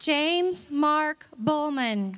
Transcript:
james mark bowman